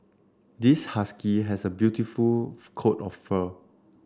this husky has a beautiful coat of fur